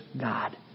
God